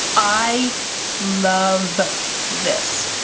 i love this.